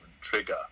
trigger